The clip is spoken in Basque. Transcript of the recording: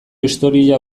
historia